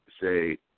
say